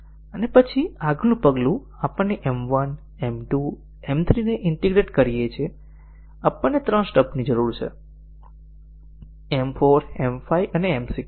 અને પછી આગળનું પગલું આપણે M 1 M 2 M 3 ને ઈન્ટીગ્રેટ કરીએ છીએ અને આપણને ત્રણ સ્ટબ્સની જરૂર છે M 4 M 5 અને M 6